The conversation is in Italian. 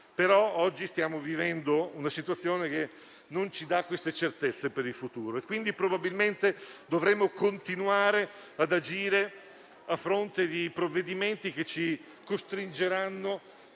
però, stiamo vivendo una situazione che non ci dà certezze per il futuro e, quindi, probabilmente dovremo continuare ad agire a fronte di provvedimenti che ci costringeranno